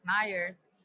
Myers